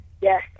Yes